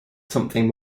something